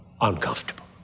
uncomfortable